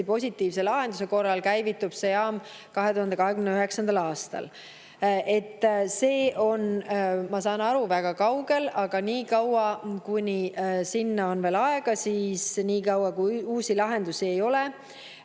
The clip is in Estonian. Positiivse lahenduse korral käivitub see jaam 2029. aastal. See on, ma saan aru, väga kaugel. Aga kuni sinna on veel aega ja uusi lahendusi ei ole,